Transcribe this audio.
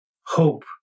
hope